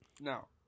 No